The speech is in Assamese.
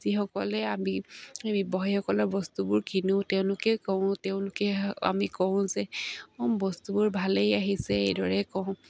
যিসকলে আমি ব্যৱসায়ীসকলৰ বস্তুবোৰ কিনো তেওঁলোকে কওঁ তেওঁলোকে আমি কওঁ যে বস্তুবোৰ ভালেই আহিছে এইদৰে কওঁ